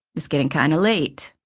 it's getting kind of late,